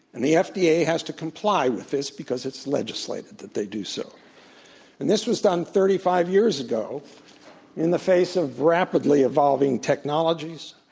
and the fda yeah has to comply with this because it's legislated that they do so. and this was done thirty five years ago in the face of rapidly evolving technologies.